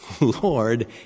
Lord